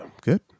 good